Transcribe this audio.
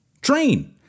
Train